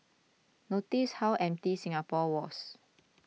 notice how empty Singapore was